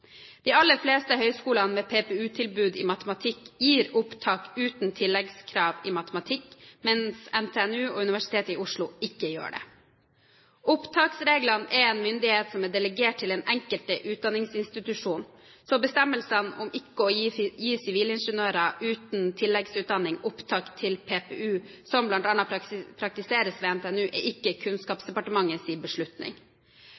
De aller fleste høyskolene med PPU-tilbud i matematikk gir opptak uten tilleggskrav i matematikk, mens NTNU og Universitetet i Oslo ikke gjør det. Opptaksregler er en myndighet som er delegert til den enkelte utdanningsinstitusjon, så bestemmelsen om ikke å gi sivilingeniører uten tilleggsutdanning opptak til PPU, som bl.a. praktiseres ved NTNU, er ikke